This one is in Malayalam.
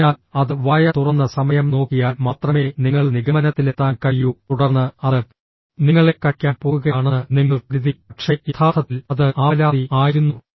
അതിനാൽ അത് വായ തുറന്ന സമയം നോക്കിയാൽ മാത്രമേ നിങ്ങൾ നിഗമനത്തിലെത്താൻ കഴിയൂ തുടർന്ന് അത് നിങ്ങളെ കടിക്കാൻ പോകുകയാണെന്ന് നിങ്ങൾ കരുതി പക്ഷേ യഥാർത്ഥത്തിൽ അത് ആവലാതി ആയിരുന്നു